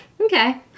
okay